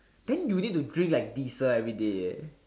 then you need to drink like diesel everyday eh